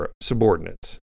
subordinates